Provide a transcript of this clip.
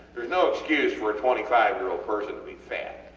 no excuse for a twenty five year old person to be fat.